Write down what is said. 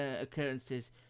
occurrences